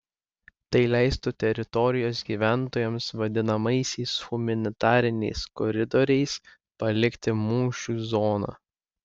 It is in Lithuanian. tai leistų teritorijos gyventojams vadinamaisiais humanitariniais koridoriais palikti mūšių zoną